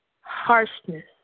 harshness